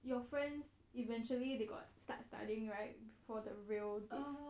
your friends eventually they got start studying right for the real date